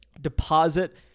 deposit